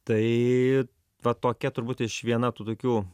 tai va tokia turbūt iš viena tų tokių